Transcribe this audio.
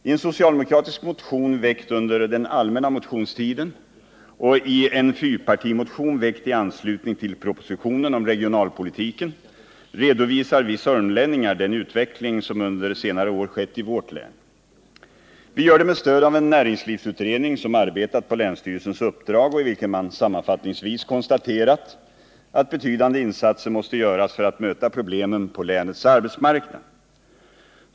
I en socialdemokratisk motion väckt under den allmänna motionstiden och i en fyrpartimotion väckt i anslutning till propositionen om regionalpolitiken redovisar vi sörmlänningar den utveckling som under senare år skett i vårt län. Vi gör det med stöd av en näringslivsutredning som arbetat på länsstyrelsens uppdrag och i vilken man sammanfattningsvis konstaterat att betydande insatser måste göras för att möta problemen på länets arbetsmarknad.